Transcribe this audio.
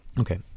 Okay